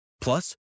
Plus